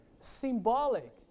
Symbolic